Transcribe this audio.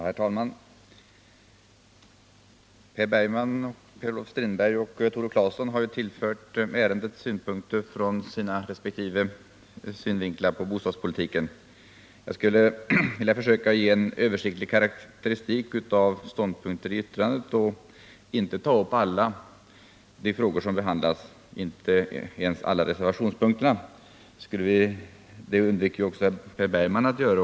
Herr talman! Per Bergman, Per-Olof Strindberg och Tore Claeson har tillfört ärendet synpunkter från deras resp. synvinklar på bostadspolitiken. Jag skulle vilja försöka ge en översiktlig karakteristik av ståndpunkter i utskottsbetänkandet och inte ta upp alla de frågor som behandlats — inte ens alla reservationspunkterna. Det undvek också Per Bergman att göra.